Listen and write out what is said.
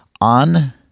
on